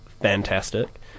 fantastic